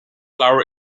our